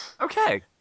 Okay